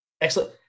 Excellent